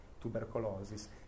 tuberculosis